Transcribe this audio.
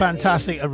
Fantastic